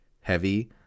heavy